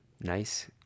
nice